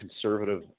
conservative